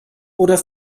oder